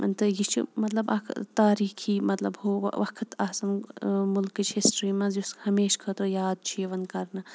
تہٕ یہِ چھِ مطلب اَکھ تاریٖخی مطلب ہُہ وقت آسان مُلکٕچ ہِسٹِرٛی منٛز یُس ہمیشہٕ خٲطرٕ یاد چھُ یِوان کرنہٕ